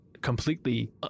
completely